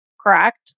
correct